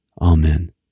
Amen